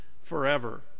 forever